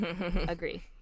Agree